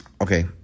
okay